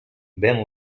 ven